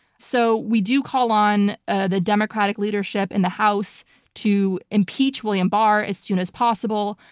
so we do call on ah the democratic leadership in the house to impeach william barr as soon as possible.